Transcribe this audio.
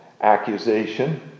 accusation